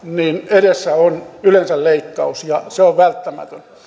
edessä on yleensä leikkaus ja se on välttämätön